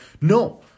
No